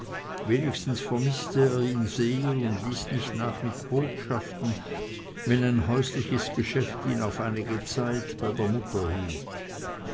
wenigstens vermißte er ihn sehr und ließ nicht nach mit botschaften wenn ein häusliches geschäft ihn auf einige zeit bei der mutter hielt